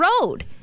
road